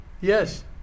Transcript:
Yes